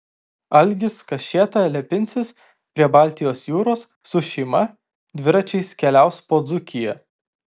algis kašėta lepinsis prie baltijos jūros su šeima dviračiais keliaus po dzūkiją